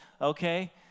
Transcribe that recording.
okay